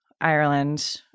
Ireland